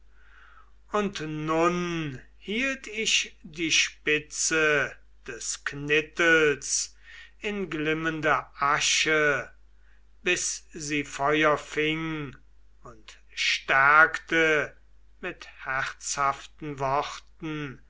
und nun hielt ich die spitze des knittels in glimmende asche bis sie feuer fing und stärkte mit herzhaften worten